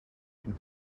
can